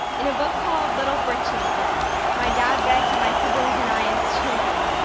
in a book called little britches that my dad read to my siblings and i as children,